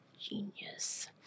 Genius